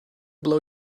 blow